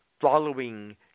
following